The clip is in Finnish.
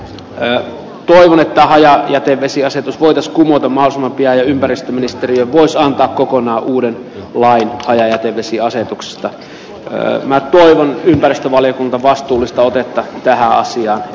hän oli vähällä jätevesiasetusmuutos muutama mottia ja ympäristöministeriö puolestaan tai kokonaan uuden lain rajoja televisio asetuksesta aiheutuvat ympäristövaliokunta vastuullista otetta tähän asiaan